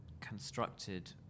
constructed